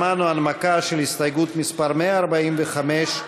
אנחנו שמענו הנמקה של הסתייגות מס' 145,